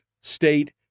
state